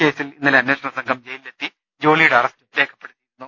കേസിൽ ഇന്നലെ അന്വേഷണ സംഘം ജയിലിലെത്തി ജോളിയുടെ അറസ്റ്റ് രേഖപ്പെടുത്തിയിരുന്നു